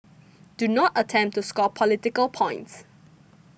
do not attempt to score political points